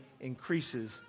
increases